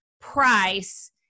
price